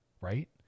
right